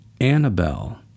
Annabelle